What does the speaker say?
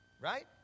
right